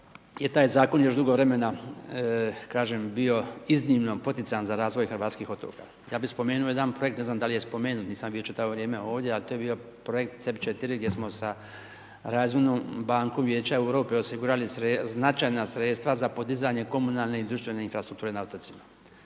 je taj Zakon još dugo vremena kažem, bio iznimno poticajan za razvoj hrvatskih otoka. Ja bih spomenuo jedan projekt, ne znam da li je spomenut, nisam bio čitavo vrijeme ovdje, a to je bio projekt .../Govornik se ne razumije./... 4 gdje smo sa .../Govornik se ne razumije./... bankom Vijeća Europe osigurali značajna sredstva za podizanje komunalne i društvene infrastrukture na otocima.